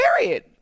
period